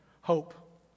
hope